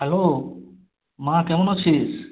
hello মা কেমন আছিস